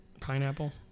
pineapple